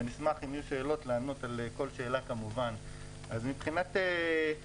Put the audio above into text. ונשמח לענות כמובן על כל שאלה אם יהיו שאלות.